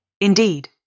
Indeed